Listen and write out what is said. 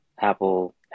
Apple